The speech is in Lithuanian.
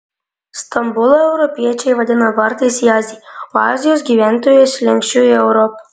stambulą europiečiai vadina vartais į aziją o azijos gyventojai slenksčiu į europą